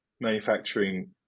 manufacturing